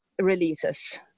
releases